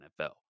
NFL